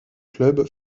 club